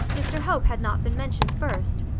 mr hope had not been mentioned first.